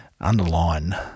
underline